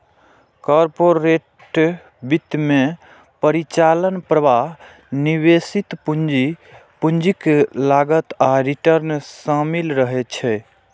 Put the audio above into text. corporate वित्त मे परिचालन प्रवाह, निवेशित पूंजी, पूंजीक लागत आ रिटर्न शामिल रहै छै